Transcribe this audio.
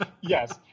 Yes